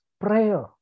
prayer